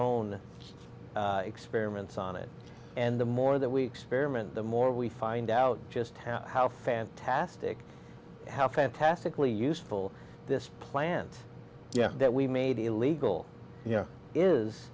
own experiments on it and the more that we experiment the more we find out just how fantastic how fantastically useful this plant yes that we made illegal y